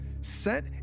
set